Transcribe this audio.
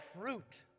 fruit